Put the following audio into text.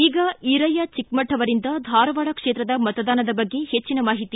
ಈಗ ಈರಯ್ಯ ಚಿಕ್ಕಮಠ ಅವರಿಂದ ಧಾರವಾಡ ಕ್ಷೇತ್ರದ ಮತದಾನದ ಬಗ್ಗೆ ಹೆಚ್ಚಿನ ಮಾಹಿತಿ